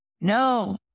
No